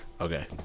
Okay